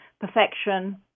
perfection